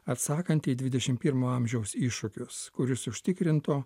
atsakant į dvidešim pirmo amžiaus iššūkius kuris užtikrintų